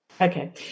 Okay